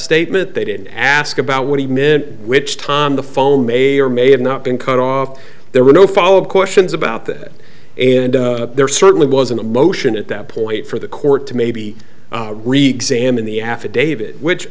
statement they did ask about what he meant which time the phone may or may have not been cut off there were no follow up questions about that and there certainly wasn't a motion at that point for the court to maybe wreak sam in the affidavit which